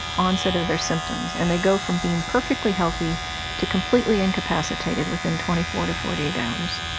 onset of their symptoms. and they go from being perfectly healthy to completely incapacitated within twenty four to forty eight hours.